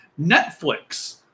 Netflix